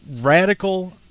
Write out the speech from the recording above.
radical